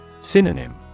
Synonym